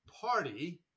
party